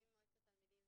אני ממועצת התלמידים